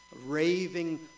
raving